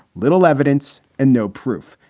little evidence and no proof.